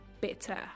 better